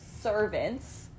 servants